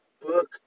book